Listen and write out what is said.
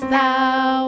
Thou